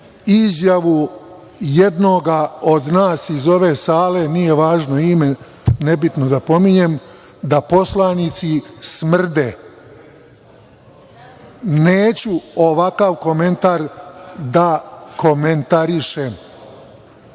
izjavu jednoga od nas, iz ove sale, nije važno ime, nebitno da pominjem, da poslanici smrde. Neću ovakav komentar da komentarišem,